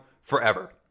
forever